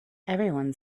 everyone